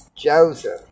Joseph